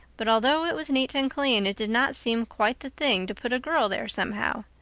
but, although it was neat and clean, it did not seem quite the thing to put a girl there somehow.